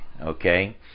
okay